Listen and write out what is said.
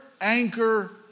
anchor